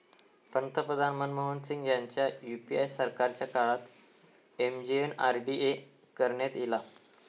पंतप्रधान मनमोहन सिंग ह्यांच्या यूपीए सरकारच्या काळात एम.जी.एन.आर.डी.ए करण्यात ईला